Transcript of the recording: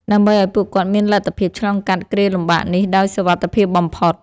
ដើម្បីឱ្យពួកគាត់មានលទ្ធភាពឆ្លងកាត់គ្រាលំបាកនេះដោយសុវត្ថិភាពបំផុត។